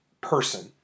person